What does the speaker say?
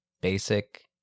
basic